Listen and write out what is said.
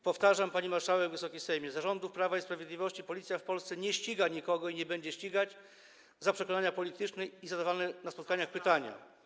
Powtarzam, pani marszałek, Wysoki Sejmie, za rządów Prawa i Sprawiedliwości policja w Polsce nie ściga nikogo i nie będzie ścigać za przekonania polityczne i zadawane na spotkaniach pytania.